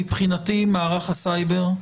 מבחינתי מערך הסייבר,